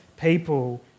people